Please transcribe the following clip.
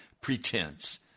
pretense